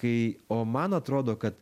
kai o man atrodo kad